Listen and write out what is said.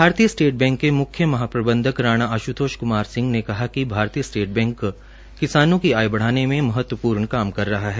भारतीय State Bank के मुख्य महाप्रबन्धक राणा आशुतोष क्मार सिंह ने कहा की भारतीय स्टेट बैंक किसानों की आय बढ़ाने में महत्वपूर्ण काम कर रहा है